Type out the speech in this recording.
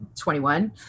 21